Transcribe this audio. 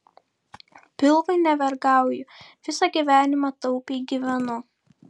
pilvui nevergauju visą gyvenimą taupiai gyvenu